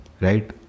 right